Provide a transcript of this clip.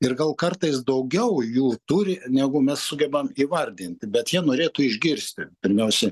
ir gal kartais daugiau jų turi negu mes sugebam įvardinti bet jie norėtų išgirsti pirmiausia